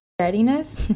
readiness